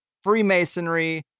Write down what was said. Freemasonry